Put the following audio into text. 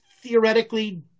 theoretically